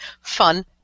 fun